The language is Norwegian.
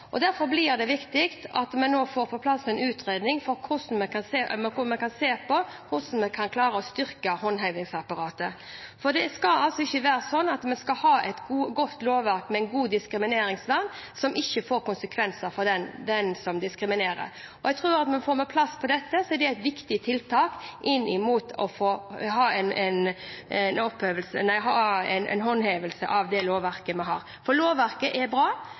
Derfor blir det viktig at vi nå får på plass en utredning hvor vi ser på hvordan vi kan klare å styrke håndhevingsapparatet, for det skal altså ikke være slik at vi skal ha et godt lovverk med et godt diskrimineringsvern som ikke får konsekvenser for den som diskriminerer. Jeg tror at får vi dette på plass, er det et viktig tiltak inn mot en håndhevelse av det lovverket vi har. For lovverket er bra, vi har et godt lovverk, men vi må også se på håndhevingen. Så var interpellanten inne på midlertidighet. Jeg har full støtte til arbeidsministeren i arbeidet med arbeidsmiljøloven, og jeg er